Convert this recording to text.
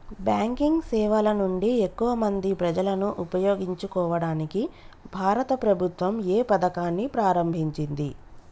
Banking సేవల నుండి ఎక్కువ మంది ప్రజలను ఉపయోగించుకోవడానికి భారత ప్రభుత్వం ఏ పథకాన్ని ప్రారంభించింది?